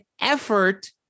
effort